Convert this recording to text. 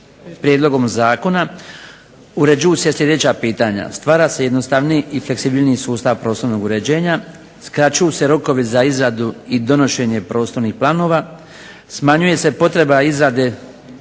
prijedlogom zakona uređuju se sljedeća pitanja. stvara se jednostavniji i fleksibilniji sustav prostornog uređenja, skraćuju se rokovi za izradu i donošenje prostornih planova, smanjuje se potreba izrade